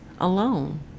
alone